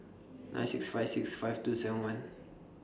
nine six five six five two seven one